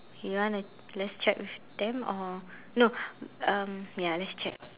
you want to let's check with them or no um ya let's check